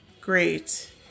Great